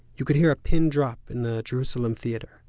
you could hear a pin drop in the jerusalem theater.